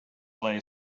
lay